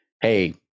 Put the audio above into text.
hey